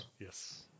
Yes